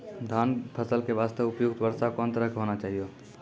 धान फसल के बास्ते उपयुक्त वर्षा कोन तरह के होना चाहियो?